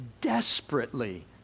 desperately